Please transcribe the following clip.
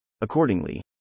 Accordingly